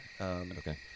Okay